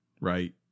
right